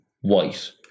white